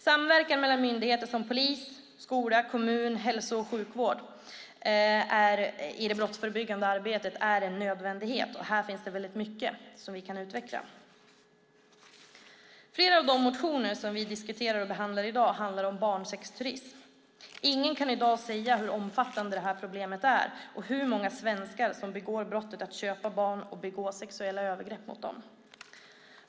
Samverkan mellan myndigheter som polis, skola, kommun och hälso och sjukvård i det brottsförebyggande arbetet är en nödvändighet, och här finns mycket vi kan utveckla. Flera av de motioner vi diskuterar och behandlar i dag handlar om barnsexturism. Ingen kan i dag säga hur omfattande problemet är och hur många svenskar som begår brottet att köpa barn och begå sexuella övergrepp mot dem.